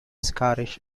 scottish